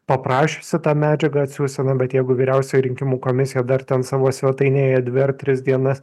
paprašiusi tą medžiagą atsiųsti nu bet jeigu vyriausioji rinkimų komisija dar ten savo svetainėje dvi ar tris dienas